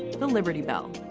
the liberty bell.